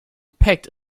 packed